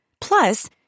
Plus